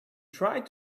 tried